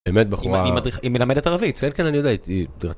באמת בחורה, - היא מלמדת ערבית כן, כן, אני יודע היא תי...